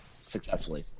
successfully